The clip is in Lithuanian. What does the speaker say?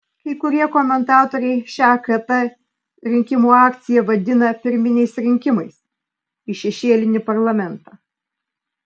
kai kurie komentatoriai šią kt rinkimų akciją vadina pirminiais rinkimais į šešėlinį parlamentą